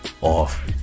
off